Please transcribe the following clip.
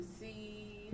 see